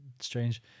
strange